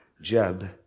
Jeb